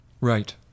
Right